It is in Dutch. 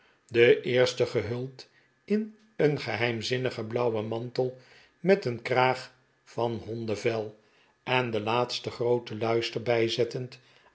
de eerste gehuld in een geheimzinnigen blauwen mantel met een kraag van hondevel en de laatste grooten luister bijzettend